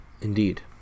indeed